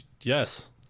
Yes